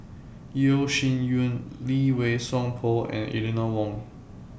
Yeo Shih Yun Lee Wei Song Paul and Eleanor Wong